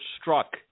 struck